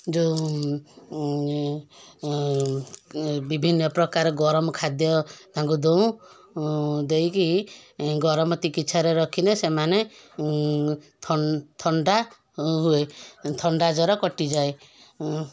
ଯେଉଁ ବିଭିନ୍ନ ପ୍ରକାର ଗରମ ଖାଦ୍ୟ ତାଙ୍କୁ ଦଉଁ ଦେଇକି ଗରମ ତିକ୍ଷୀଚାରେ ରଖିନେ ସେମାନେ ଥଣ୍ଡା ହୁଏ ଥଣ୍ଡା ଜ୍ୱର କଟିଯାଏ